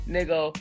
Nigga